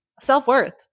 self-worth